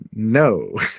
No